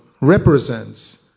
represents